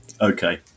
Okay